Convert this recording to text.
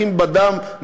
אחים בדם,